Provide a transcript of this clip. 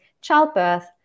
childbirth